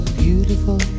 beautiful